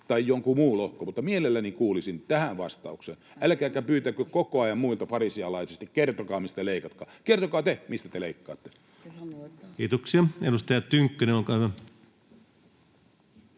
tai joku muu lohko? Mielelläni kuulisin tähän vastauksen, älkääkä pyytäkö koko ajan farisealaisesti muilta, että kertokaa, mistä leikkaatte. Kertokaa te, mistä te leikkaatte. Kiitoksia. — Edustaja Tynkkynen, olkaa hyvä.